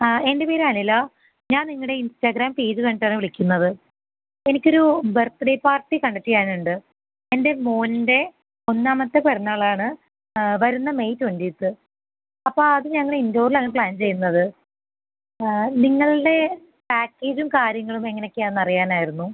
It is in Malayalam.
ആ എൻ്റെ പേര് അനില ഞാൻ നിങ്ങളുടെ ഇൻസ്റ്റഗ്രാം പേജ് കണ്ടിട്ടാണ് വിളിക്കുന്നത് എനിക്കൊരു ബർത്ത്ഡേ പാർട്ടി കണ്ടക്റ്റ് ചെയ്യാനുണ്ട് എൻ്റെ മോൻ്റെ ഒന്നാമത്തെ പിറന്നാളാണ് വരുന്ന മെയ് ട്വൻറ്റീത്ത് അപ്പോൾ അത് ഞങ്ങൾ ഇൻഡോറിലാണ് പ്ലാൻ ചെയ്യുന്നത് നിങ്ങളുടെ പാക്കേജും കാര്യങ്ങളും എങ്ങനെ ഒക്കെയാണ് എന്നറിയാനായിരുന്നു